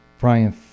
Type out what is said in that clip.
Brian